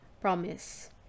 promise